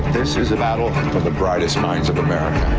this is a battle of the brightest minds of american.